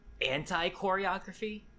anti-choreography